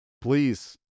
please